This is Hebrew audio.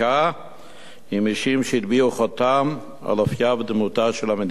עם אישים שהטביעו חותם על אופיה ודמותה של המדינה,